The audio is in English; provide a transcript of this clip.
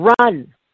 run